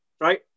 Right